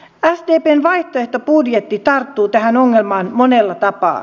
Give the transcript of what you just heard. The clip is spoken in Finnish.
sdpn vaihtoehtobudjetti tarttuu tähän ongelmaan monella tapaa